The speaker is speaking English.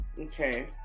Okay